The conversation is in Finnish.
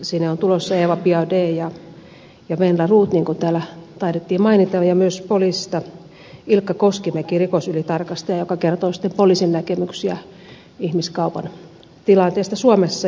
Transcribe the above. sinne ovat tulossa eva biaudet ja venla roth niin kuin täällä taidettiin mainita ja myös poliisista rikosylitarkastaja ilkka koskimäki joka kertoo sitten poliisin näkemyksiä ihmiskaupan tilanteesta suomessa